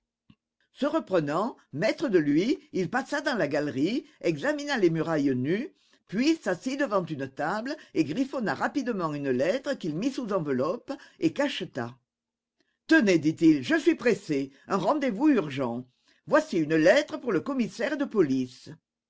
se reprenant maître de lui il passa dans la galerie examina les murailles nues puis s'assit devant une table et griffonna rapidement une lettre qu'il mit sous enveloppe et cacheta tenez dit-il je suis pressé un rendez-vous urgent voici une lettre pour le commissaire de police